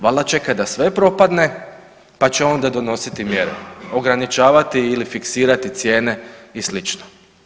Valda čeka da sve propadne pa će onda donositi mjere, ograničavati ili fiksirati cijene i sl.